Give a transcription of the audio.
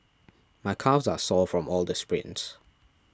my calves are sore from all the sprints